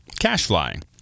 Cashfly